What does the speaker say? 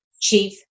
chief